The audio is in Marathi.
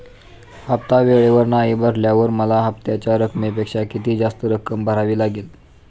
हफ्ता वेळेवर नाही भरल्यावर मला हप्त्याच्या रकमेपेक्षा किती जास्त रक्कम भरावी लागेल?